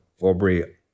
Aubrey